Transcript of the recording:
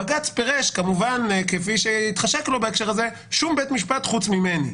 בג"ץ פירש כמובן כפי שהתחשק לו בהקשר הזה שום בית משפט חוץ ממני.